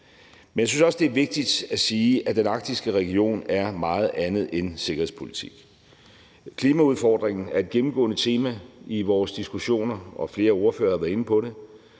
Men jeg synes også, det er vigtigt at sige, at den arktiske region er meget andet end sikkerhedspolitik. Klimaudfordringen er et gennemgående tema i vores diskussioner, og flere ordførere har været inde på det.